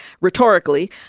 rhetorically